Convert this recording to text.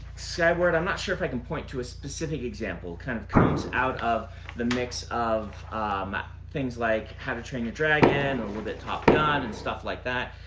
skyward, i'm not sure if i can point to a specific example, kind of comes out of the mix of things like how to train your dragon, a little bit top gun, and stuff like that.